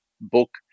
book